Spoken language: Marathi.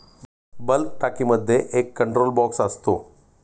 बल्क टाकीमध्ये एक कंट्रोल बॉक्स असतो